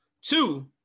two